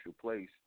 place